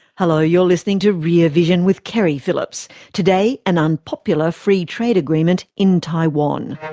hello you're listening to rear vision with keri phillips. today, an unpopular free trade agreement in taiwan.